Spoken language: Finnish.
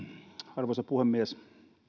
arvoisa puhemies